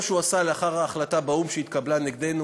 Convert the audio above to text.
שהוא עשה לאחר ההחלטה שהתקבלה באו"ם נגדנו.